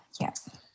yes